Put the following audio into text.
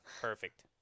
Perfect